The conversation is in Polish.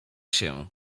się